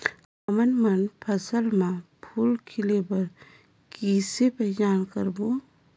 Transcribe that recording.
हमन मन फसल म फूल खिले बर किसे पहचान करबो?